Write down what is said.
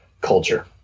culture